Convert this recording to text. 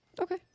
Okay